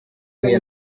njye